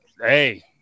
hey